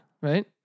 Right